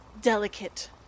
delicate